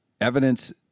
Evidence